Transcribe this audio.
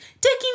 Taking